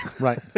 Right